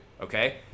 okay